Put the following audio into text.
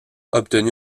obtenu